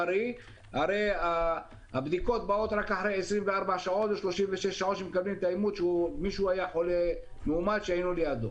הרי תוצאות הבדיקות באות רק אחרי 24 שעות או 36 שיש מאומת שהיינו לידו.